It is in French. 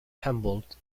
humboldt